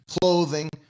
clothing